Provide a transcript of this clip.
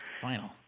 Final